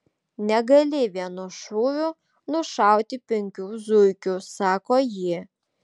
negali vienu šūviu nušauti penkių zuikių sako ji